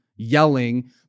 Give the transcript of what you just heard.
yelling